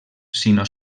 sinó